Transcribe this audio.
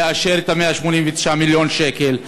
לאשר את 189 מיליון השקלים,